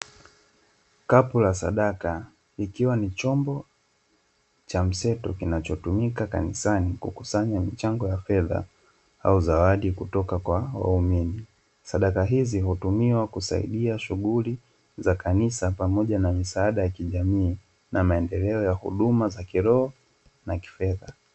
Kapu la sadaka ikiwa ni chombo cha mseto kinachotumika kanisani kukusanya michango ya fedha au zawadi kutoka kwa waumini, sadaka hizi hutumiwa kusaidia shughuli za kanisa pamoja na misaada ya kijamii na maendeleo ya huduma za kiroho na kifedha.